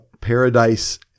paradise